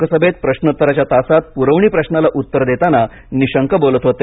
लोकसभेत प्रश्रोत्तराच्या तासात पुरवणी प्रश्राला उत्तर देताना निशंक बोलत होते